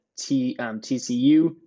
TCU